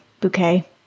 bouquet